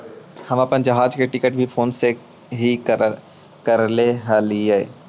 हम अपन जहाज के टिकट भी फोन से ही करैले हलीअइ